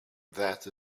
that